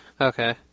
Okay